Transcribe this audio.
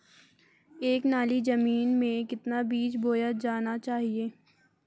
एक नाली जमीन में कितना बीज बोया जाना चाहिए?